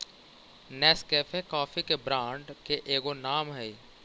Nescafe coffee के brand के एगो नाम हई